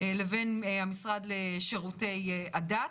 לבין המשרד לשירותי הדת?